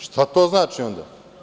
Šta to znači onda?